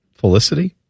Felicity